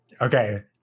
okay